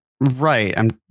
Right